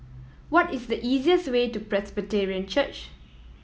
what is the easiest way to Presbyterian Church